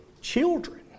children